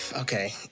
Okay